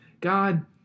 God